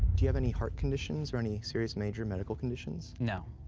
do you have any heart conditions or any serious major medical conditions? no.